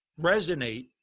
resonate